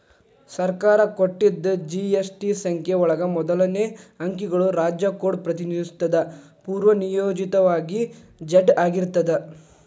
ಸರ್ಕಾರ ಕೊಟ್ಟಿದ್ ಜಿ.ಎಸ್.ಟಿ ಸಂಖ್ಯೆ ಒಳಗ ಮೊದಲನೇ ಅಂಕಿಗಳು ರಾಜ್ಯ ಕೋಡ್ ಪ್ರತಿನಿಧಿಸುತ್ತದ ಪೂರ್ವನಿಯೋಜಿತವಾಗಿ ಝೆಡ್ ಆಗಿರ್ತದ